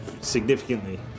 significantly